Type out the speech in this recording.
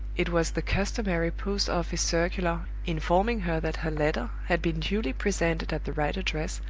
it was the customary post-office circular, informing her that her letter had been duly presented at the right address,